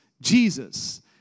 Jesus